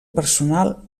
personal